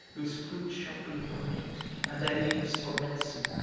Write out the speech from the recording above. whose fruit shall be for meat, and their leaves for medicine.